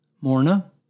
Morna